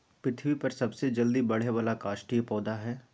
पृथ्वी पर सबसे जल्दी बढ़े वाला काष्ठिय पौधा हइ